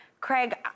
Craig